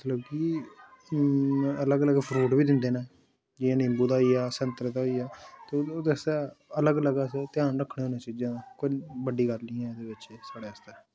मतलब कि अलग अलग फ्रूट बी दिंदे न जि'यां नींबू दा होइया संतरा दा होइया ते ओह्दे आस्तै अलग अलग अस ध्यान रखने होने चीजें दा कोई बड्डी गल्ल निं ऐ एह्दे बिच साढ़े आस्तै